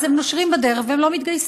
אז הם נושרים בדרך ולא מתגייסים.